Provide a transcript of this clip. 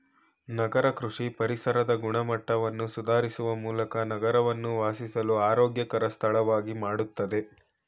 ನಗರ ಕೃಷಿ ಪರಿಸರದ ಗುಣಮಟ್ಟವನ್ನು ಸುಧಾರಿಸುವ ಮೂಲಕ ನಗರವನ್ನು ವಾಸಿಸಲು ಆರೋಗ್ಯಕರ ಸ್ಥಳವಾಗಿ ಮಾಡ್ತದೆ